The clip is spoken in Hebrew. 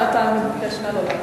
אתה מתבקש, נא לא להפריע.